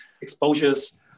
exposures